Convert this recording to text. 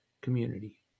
community